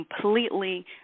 completely